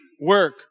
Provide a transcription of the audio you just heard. work